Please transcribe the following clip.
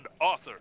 author